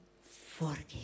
forgive